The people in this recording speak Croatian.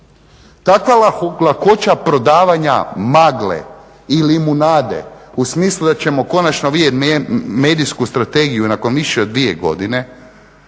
Takva lakoća prodavanja magle i limunade u smislu da ćemo konačno vidjeti medijsku strategiju nakon više od dvije godine,